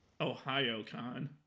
OhioCon